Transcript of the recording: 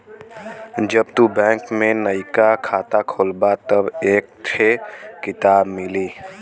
जब तू बैंक में नइका खाता खोलबा तब एक थे किताब मिली